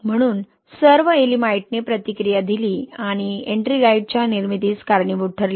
म्हणून सर्व येएलिमाइटने प्रतिक्रिया दिली आणि एट्रिंगाइटच्या निर्मितीस कारणीभूत ठरले